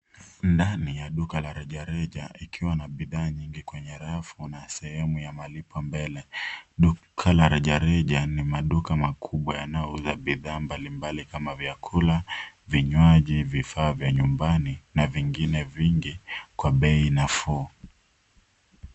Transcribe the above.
Ndani ya duka ya rejareja ikiwa na bidhaa nyingi kwenye rafu na sehemu ya malipo mbele. Duka la rejareja ni maduka makubwa yanayouza bidhaa mbalimbali kama vyakula, vinywaji, vifaa vya nyumbani na vingine vingi kwa bei nafuu.